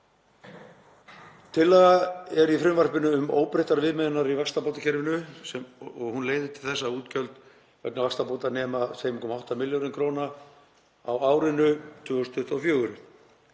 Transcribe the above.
Tillaga er í frumvarpinu um óbreyttar viðmiðanir í vaxtabótakerfinu og hún leiðir til þess að útgjöld vegna vaxtabóta nema 2,8 milljörðum kr. á árinu 2024.